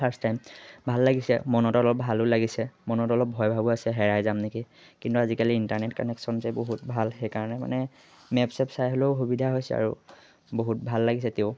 first time ভাল লাগিছে মনত অলপ ভালো লাগিছে মনত অলপ ভয় ভাবো আছে হেৰাই যাম নেকি কিন্তু আজিকালি ইণ্টাৰনেট কানেকশ্যন যে বহুত ভাল সেইকাৰণে মানে মেপ চেপ চাই হ'লেও সুবিধা হৈছে আৰু বহুত ভাল লাগিছে তেও